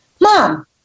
Mom